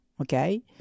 okay